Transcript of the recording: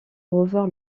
revoir